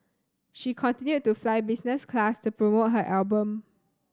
she continued to fly business class to promote her album